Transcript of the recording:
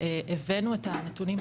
הבאנו את הנתונים.